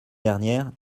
dernière